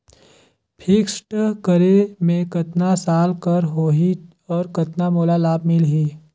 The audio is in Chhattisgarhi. फिक्स्ड करे मे कतना साल कर हो ही और कतना मोला लाभ मिल ही?